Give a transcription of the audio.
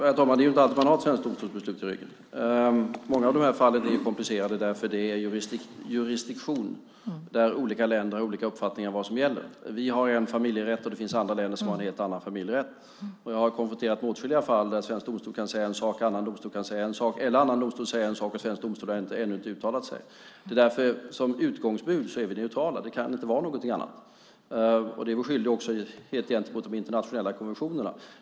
Herr talman! Det är inte alltid man har ett svenskt domstolsbeslut i ryggen. Många av de här fallen är komplicerade. Det är jurisdiktion där olika länder har olika uppfattningar om vad som gäller. Vi har en familjerätt. Det finns andra länder som har en helt annan familjerätt. Jag har konfronterats med åtskilliga fall där svensk domstol kan säga en sak och en annan domstol kan säga en annan sak, eller där en annan domstol säger en sak och svensk domstol ännu inte har uttalat sig. Som utgångsbud är vi därför neutrala. Det kan inte vara på något annat sätt. Det är vi skyldiga till också gentemot de internationella konventionerna.